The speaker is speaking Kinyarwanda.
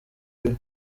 wiwe